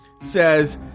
Says